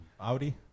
Audi